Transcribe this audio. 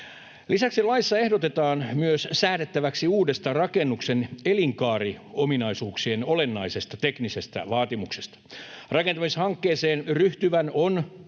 Lisäksi laissa ehdotetaan säädettäväksi myös uudesta rakennuksen elinkaariominaisuuksien olennaisesta teknisestä vaatimuksesta. Rakentamishankkeeseen ryhtyvän